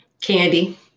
Candy